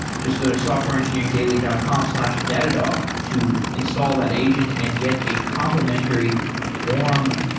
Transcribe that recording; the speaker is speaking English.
just go to softwareengineeringdaily dot com slash datadog to install that agent and get a complementary warm,